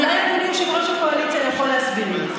אולי אדוני יושב-ראש הקואליציה יכול להסביר לי?